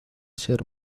ser